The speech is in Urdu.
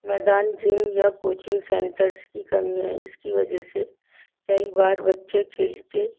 میدان جم یا کوچنگ سینٹرس کی کمی ہے اس کی وجہ سے کئی بار بچے کھیلتے